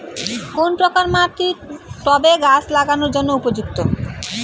কোন প্রকার মাটি টবে গাছ লাগানোর জন্য উপযুক্ত?